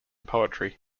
poetry